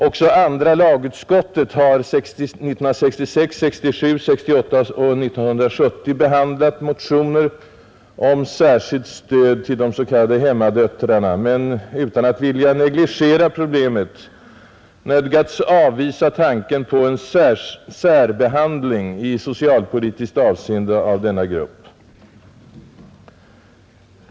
Också andra lagutskottet har 1966, 1967, 1968 och 1970 behandlat motioner om särskilt stöd till de s.k. hemmadöttrarna men utan att vilja negligera problemet nödgats avvisa tanken på en särbehandling i socialpolitiskt avseende av denna grupp.